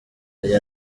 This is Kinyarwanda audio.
aya